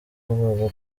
ubwoba